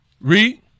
Read